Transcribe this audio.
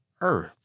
earth